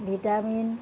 vitamin